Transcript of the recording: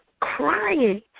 crying